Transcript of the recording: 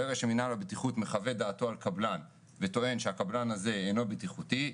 ברגע שמנהל הבטיחות מחווה דעתו על קבלן וטוען שהקבלן הזה אינו בטיחותי,